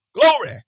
Glory